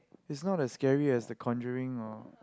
is not as scary as The-Conjuring orh